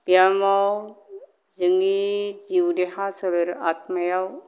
ब्यामआव जोंनि जिउ देहा सोलेर आत्मायाव